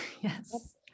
yes